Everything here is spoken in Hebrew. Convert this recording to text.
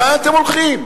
לאן אתם הולכים?